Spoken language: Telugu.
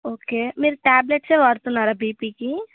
ఓకే మీరు ట్యాబ్లెట్సే వాడుతున్నారా బీపీకి